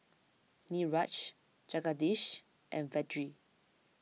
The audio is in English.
Niraj Jagadish and Vedre